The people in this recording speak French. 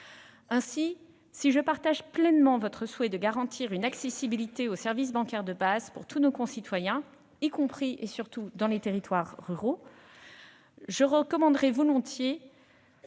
Ainsi, si je partage pleinement le souhait de garantir une accessibilité aux services bancaires de base pour tous nos concitoyens, y compris et surtout dans les territoires ruraux, je recommanderai volontiers